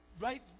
right